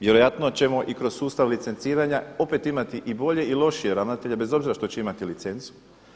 Vjerojatno ćemo i kroz sustav licenciranja opet imati i bolje i lošije ravnatelje bez obzira što će imati licencu.